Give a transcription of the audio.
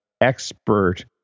expert